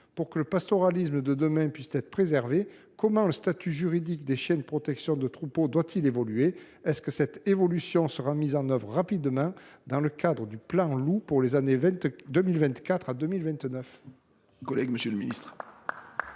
pour que le pastoralisme de demain puisse être préservé, comment le statut juridique des chiens de protection des troupeaux doit il évoluer ? Cette évolution interviendra t elle rapidement dans le cadre du plan Loup 2024 2029 ?